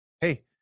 Hey